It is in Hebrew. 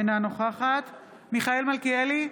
אינה נוכחת מיכאל מלכיאלי,